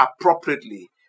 appropriately